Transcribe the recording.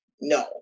no